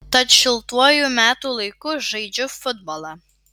tad šiltuoju metų laiku žaidžiu futbolą